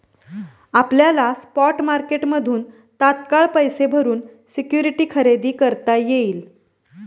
आपल्याला स्पॉट मार्केटमधून तात्काळ पैसे भरून सिक्युरिटी खरेदी करता येईल